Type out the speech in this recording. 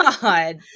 god